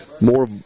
more